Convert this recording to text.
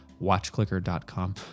watchclicker.com